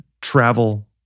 travel